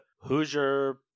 Hoosier